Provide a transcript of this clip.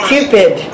Cupid